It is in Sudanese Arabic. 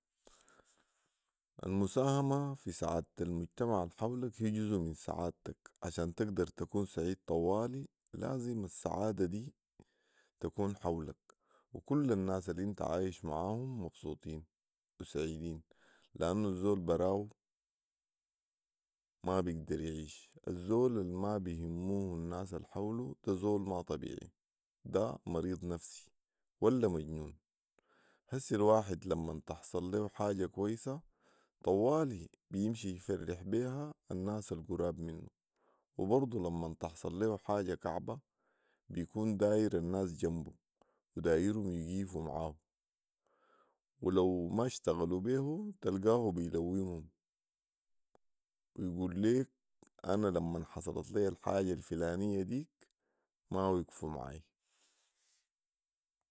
المساهمه في سعادة المجتمع الحولك هي جزو من سعادتك ،عشان تقدر تكون سعيد طوالي لازم السعاده دي تكون حولك وكل الناس الانت عايش معاهم مبسوطين وسعيدين ،لانو الزول براه ما بيقدر يعيش ، الزول الما بيهموه الناس الحوله دا زول ما طبيعي ، ده مريض نفسي ولا مجنون، هسي الواحد لمن تحصل ليه حاجه كويسه طوالي بيمشي يفرح بيها الناس القراب منه ، وبرضو لمن تحصل ليه حاجه كعبه بيكون داير الناس جمو، ودايرهم يقيفوا معاو، ولو ما اشتغلوا بيهو تلقاه بيلومم ويقول ليك انا لمن حصلت لي الحاجه الفلانيه ديك ما وقفوا معاي